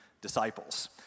disciples